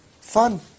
Fun